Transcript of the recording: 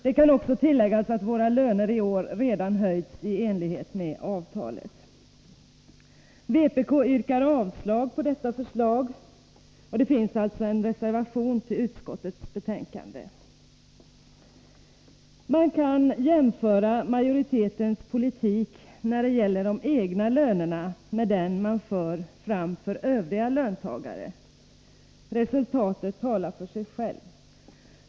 Det kan också tilläggas att våra löner i år redan höjts i enlighet med avtalet. Vpk yrkar avslag på detta förslag, och det finns alltså en reservation till utskottets betänkande. Man kan jämföra utskottsmajoritetens politik när det gäller de egna lönerna med den som förs när det gäller de övriga löntagarna. Resultatet talar för sig självt.